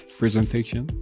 presentation